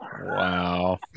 Wow